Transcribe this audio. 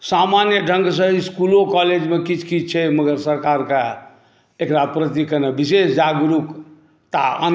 सामान्य ढंगसँ स्कूलो कॉलेजोमे किछु किछु छै मगर सरकारके एक़रा प्रति कनी विशेष जागरूकता